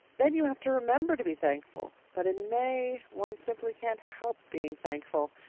then you have to remember to be thankful but in may one simply can't help being thankful.